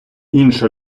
інша